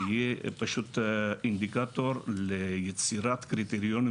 כך שיהיה אינדיקטור ליצירת קריטריונים